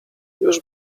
już